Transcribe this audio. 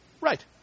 Right